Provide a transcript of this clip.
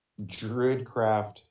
Druidcraft